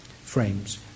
frames